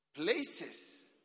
Places